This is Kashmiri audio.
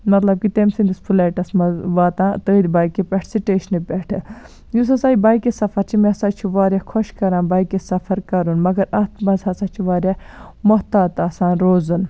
مطلب کہِ تٔمۍ سٔندِس فِلیٹَس منٛز واتان تٔتھۍ باٮ۪کہِ پٮ۪ٹھ سِٹیشنہٕ پٮ۪ٹھٕ یُس ہسا یہِ باٮ۪کہِ سَفر چھُ مےٚ ہسا چھُ واریاہ خۄش کران باٮ۪کہِ سَفر کَرُن مَگر اَتھ منٛز ہسا چھِ واریاہ مَحتاط آسان روزُن